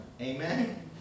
amen